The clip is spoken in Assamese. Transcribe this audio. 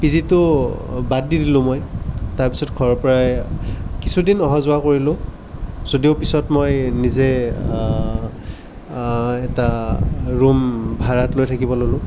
পি জিটো বাদ দি দিলোঁ মই তাৰ পিছত ঘৰৰ পৰাই কিছুদিন অহা যোৱা কৰিলোঁ যদিও পিছত মই নিজে এটা ৰুম ভাড়াত লৈ থাকিবলৈ ল'লোঁ